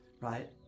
right